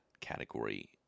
category